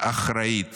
אחראית